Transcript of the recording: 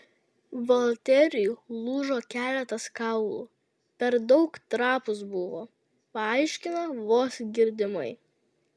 valteriui lūžo keletas kaulų per daug trapūs buvo paaiškino vos girdimai